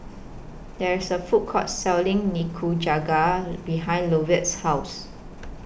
There IS A Food Court Selling Nikujaga behind Lovett's House